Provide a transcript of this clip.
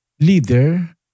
leader